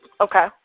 Okay